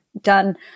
done